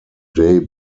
day